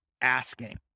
asking